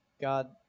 God